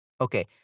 Okay